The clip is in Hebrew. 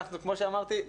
כמו שאמרתי,